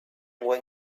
when